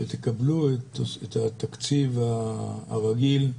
כשתקבלו את התקציב הרגיל,